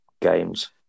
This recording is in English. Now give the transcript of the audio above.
games